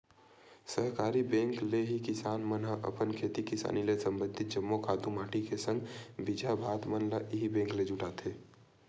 सहकारी बेंक ले ही किसान मन ह अपन खेती किसानी ले संबंधित जम्मो खातू माटी के संग बीजहा भात मन ल इही बेंक ले जुटाथे